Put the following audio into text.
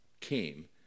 came